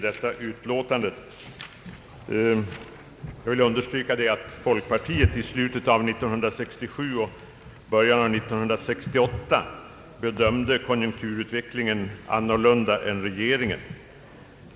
Det är för det första att folkpartiet i slutet av 1967 och början av 1968 bedömde konjunkturutvecklingen annorlunda än regeringen.